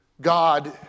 God